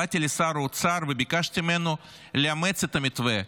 באתי לשר האוצר וביקשתי ממנו לאמץ את המתווה.